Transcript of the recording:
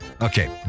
okay